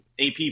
AP